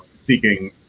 seeking